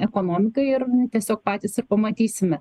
ekonomikai ir tiesiog patys ir pamatysime